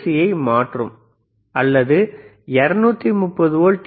யை மாற்றும் அல்லது 230 வோல்ட் இருக்கும் ஏ